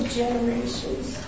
generations